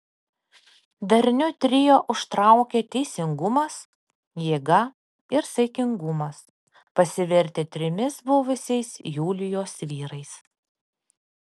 darniu trio užtraukė teisingumas jėga ir saikingumas pasivertę trimis buvusiais julijos vyrais